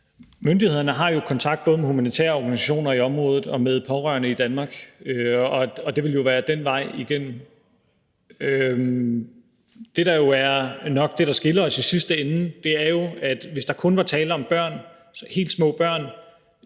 Myndighederne har jo kontakt med både humanitære organisationer i området og med pårørende i Danmark, og det ville jo være den vej, man gik. Det, der jo nok er det, der skiller os i sidste ende, er, at der ikke kun er tale om børn, helt små børn,